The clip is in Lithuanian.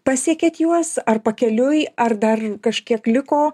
pasiekėt juos ar pakeliui ar dar kažkiek liko